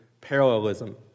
parallelism